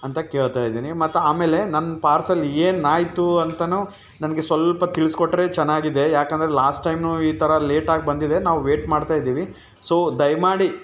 ಅಂತ ಕೇಳ್ತಾಯಿದ್ದೀನಿ ಮತ್ತು ಆಮೇಲೆ ನನ್ನ ಪಾರ್ಸಲ್ ಏನು ಆಯಿತು ಅಂತಲೂ ನನಗೆ ಸ್ವಲ್ಪ ತಿಳಿಸ್ಕೊಟ್ರೆ ಚೆನ್ನಾಗಿದೆ ಏಕೆಂದರೆ ಲಾಸ್ಟ್ ಟೈಮು ಈ ಥರ ಲೇಟಾಗಿ ಬಂದಿದೆ ನಾವು ವೇಟ್ ಮಾಡ್ತಾಯಿದ್ದೀವಿ ಸೊ ದಯಮಾಡಿ